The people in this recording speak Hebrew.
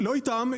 לא איתם,